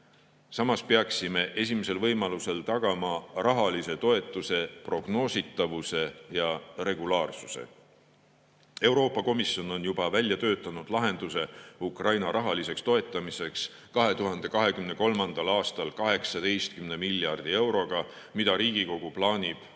Samas peaksime esimesel võimalusel tagama rahalise toetuse prognoositavuse ja regulaarsuse. Euroopa Komisjon on juba välja töötanud lahenduse Ukraina rahaliseks toetamiseks 2023. aastal 18 miljardi euroga, mida Riigikogu plaanib